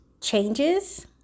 changes